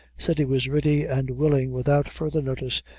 said he was ready and willing, without further notice,